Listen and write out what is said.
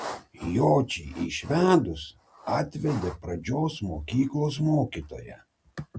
jočį išvedus atvedė pradžios mokyklos mokytoją